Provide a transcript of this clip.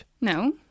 No